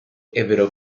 ebbero